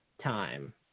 time